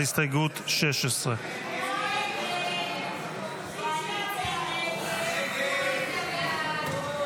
הסתייגות 16. הסתייגות 16 לא נתקבלה.